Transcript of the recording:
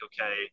okay